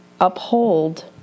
uphold